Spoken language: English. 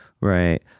Right